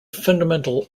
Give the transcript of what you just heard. fundamental